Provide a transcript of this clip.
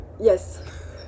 Yes